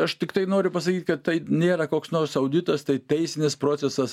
aš tiktai noriu pasakyt kad tai nėra koks nors auditas tai teisinis procesas